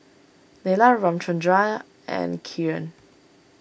Neila Ramchundra and Kiran